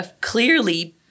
clearly